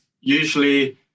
usually